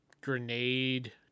grenade